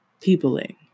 peopling